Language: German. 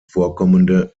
vorkommende